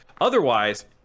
otherwise